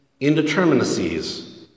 indeterminacies